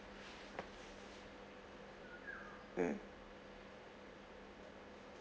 mm